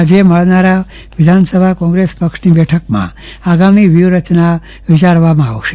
આજે યોજાનારી વિધાનસભા કોંગ્રેસ પક્ષની બેઠકમાં પક્ષની આગામી વ્યૂહરચના વિચારવામાં આવશે